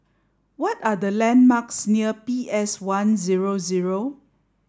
what are the landmarks near P S one zero zero